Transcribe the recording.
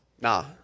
Nah